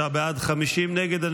33 בעד, 50 נגד.